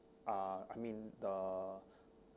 uh I mean the